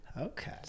okay